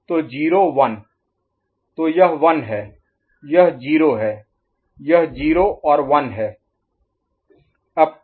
तो 0 1 तो यह 1 है यह 0 है यह 0 और 1 है